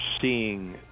seeing